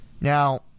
Now